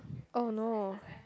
oh no